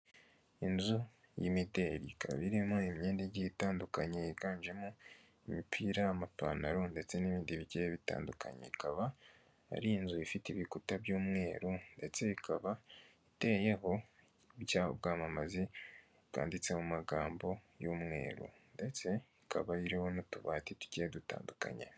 Inzu y'imideri, ikaba irimo imyenda igiye itandukanye yiganjemo: imipira, amapantaro ndetse n'ibindi bigiye bitandukanye, ikaba ari inzu ifite ibikuta by'umweru, ndetse ikaba iteyeho icyapa cy'ubwamamaze, bwanditse mu magambo y'umweru, ndetse ikaba iriho n'utubati tugiye dutandukanye.